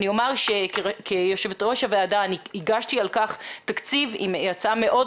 אני אומר שכיושבת-ראש הוועדה אני הגשתי על כך תקציב עם הצעה מאוד